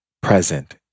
present